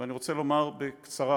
אני רוצה לומר בקצרה: